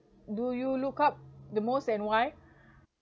do you look up the most and why